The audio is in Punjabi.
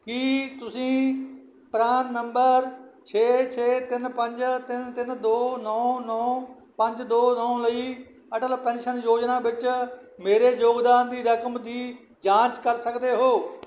ਕੀ ਤੁਸੀਂ ਪਰਾਨ ਨੰਬਰ ਛੇ ਛੇ ਤਿੰਨ ਪੰਜ ਤਿੰਨ ਤਿੰਨ ਦੋ ਨੌਂ ਨੌਂ ਪੰਜ ਦੋ ਨੌਂ ਲਈ ਅਟਲ ਪੈਨਸ਼ਨ ਯੋਜਨਾ ਵਿੱਚ ਮੇਰੇ ਯੋਗਦਾਨ ਦੀ ਰਕਮ ਦੀ ਜਾਂਚ ਕਰ ਸਕਦੇ ਹੋ